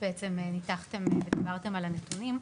ניתחתם ודיברתם על הנתונים,